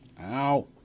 Ow